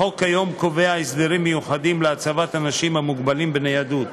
החוק היום קובע הסדרים מיוחדים להצבעת אנשים המוגבלים בניידות.